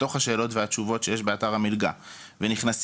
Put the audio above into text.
בתוך השאלות והתשובות שיש באתר המלגה ונכנסים